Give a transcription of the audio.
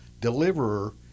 deliverer